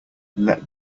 let